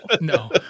No